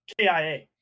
KIA